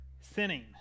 sinning